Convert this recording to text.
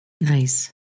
Nice